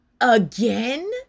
Again